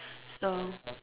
so